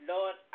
Lord